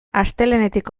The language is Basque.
astelehenetik